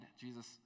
Jesus